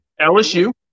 LSU